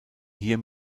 hier